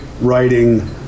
writing